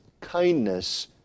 kindness